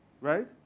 Right